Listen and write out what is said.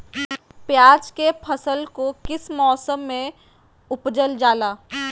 प्याज के फसल को किस मौसम में उपजल जाला?